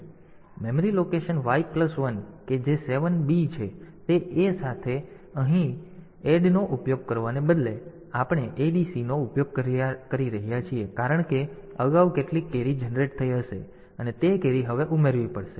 memory location Y1 કે જે 7 b છે તે A સાથે અને અહીં એડનો ઉપયોગ કરવાને બદલે આપણે ADC નો ઉપયોગ કરી રહ્યા છીએ કારણ કે અગાઉ કેટલીક કેરી જનરેટ થઈ હશે અને તે કેરી હવે ઉમેરવી પડશે